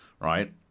right